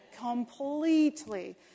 completely